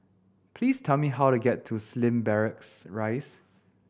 please tell me how to get to Slim Barracks Rise